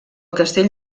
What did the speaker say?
castell